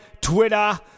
Twitter